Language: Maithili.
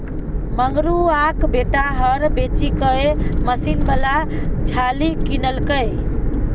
मंगरुआक बेटा हर बेचिकए मशीन बला झालि किनलकै